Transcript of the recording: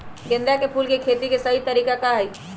गेंदा के फूल के खेती के सही तरीका का हाई?